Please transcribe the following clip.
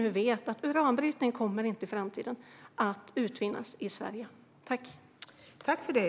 Nu vet vi att uran inte kommer att utvinnas i Sverige i framtiden.